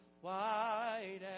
white